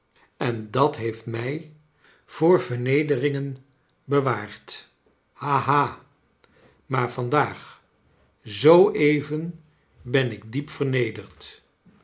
en dat heeft mij voor vernedering en bewaard hahal maar vandaag zoo even ben ik diep vernederd